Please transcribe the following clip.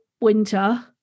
winter